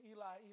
Eli